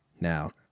now